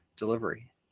delivery